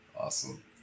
Awesome